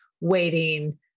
waiting